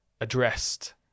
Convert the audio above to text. addressed